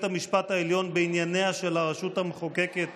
המשפט העליון בענייניה של הרשות המחוקקת